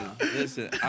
listen